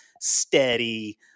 steady